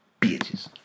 bitches